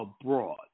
Abroad